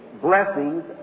blessings